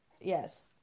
Yes